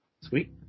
Sweet